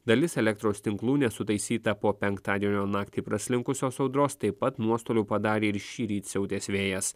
dalis elektros tinklų nesutaisyta po penktadienio naktį praslinkusios audros taip pat nuostolių padarė ir šįryt siautęs vėjas